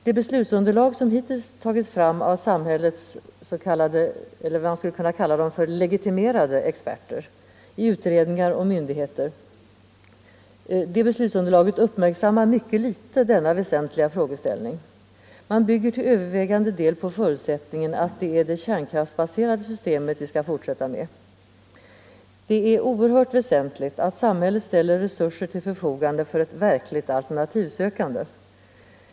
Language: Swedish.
Det beslutsunderlag som hittills tagits fram av samhällets ”legitimerade experter” i utredningar och myndigheter uppmärksammar mycket litet denna väsentliga frågeställning. Man bygger till övervägande del på förutsättningen att det är det kärnkraftsbaserade systemet vi skall fortsätta med. Det är oerhört väsentligt att samhället ställer resurser till förfogande för ett verkligt alternativsökande.